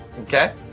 Okay